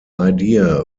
idea